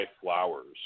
flowers